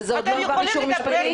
זה עוד לא עבר אישור משפטי?